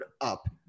up